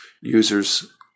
users